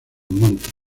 montes